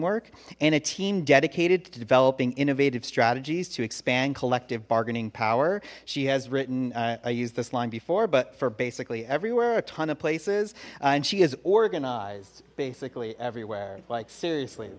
work and a team dedicated to developing innovative strategies to expand collective bargaining power she has written i used this line before but for basically everywhere a ton of places and she is organized basically everywhere like seriously